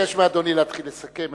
אני מבקש מאדוני להתחיל לסכם.